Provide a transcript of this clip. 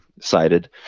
cited